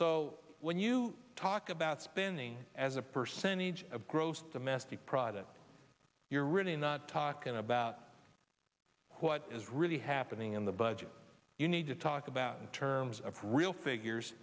so when you talk about spending as a percentage of gross domestic product you're really not talking about what is really happening in the budget you need to talk about in terms of real figures